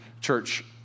Church